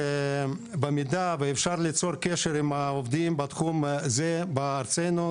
במידה ואפשר ליצור קשר עם העובדים בתחום הזה בארצנו,